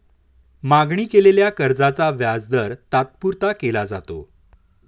मागणी केलेल्या कर्जाचा व्याजदर तात्पुरता केला जातो